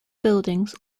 buildings